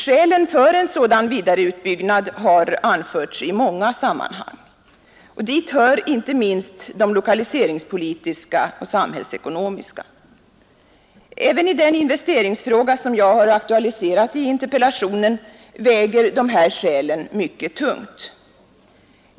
Skälen för en sådan har anförts i många sammanhang. Dit hör inte minst de lokaliseringspolitiska och samhällsekonomiska. Även i den investeringsfråga som jag aktualiserat i interpellationen väger dessa skäl mycket tungt.